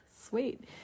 sweet